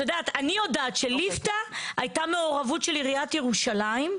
אני יודעת שליפתא הייתה מעורבות של עירית ירושלים,